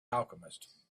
alchemist